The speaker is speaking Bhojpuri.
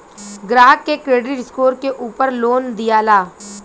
ग्राहक के क्रेडिट स्कोर के उपर लोन दियाला